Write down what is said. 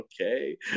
okay